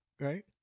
Right